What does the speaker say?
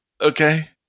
Okay